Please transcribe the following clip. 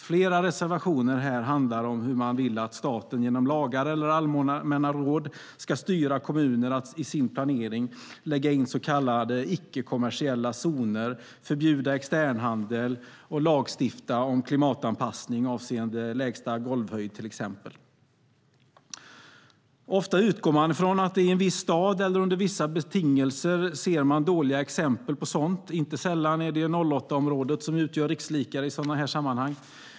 Flera reservationer handlar om att man vill att staten genom lagar eller allmänna råd ska styra kommuner att i sin planering lägga in så kallade icke-kommersiella zoner, förbjuda externhandel och lagstifta om klimatanpassning, avseende till exempel lägsta golvhöjd. Ofta utgår man från att det i en viss stad och under vissa betingelser finns dåliga exempel på sådant. Inte sällan är det 08-området som utgör rikslikare i sådana sammanhang.